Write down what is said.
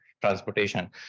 transportation